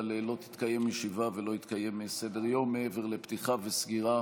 אבל לא תתקיים ישיבה ולא יתקיים סדר-יום מעבר לפתיחה וסגירה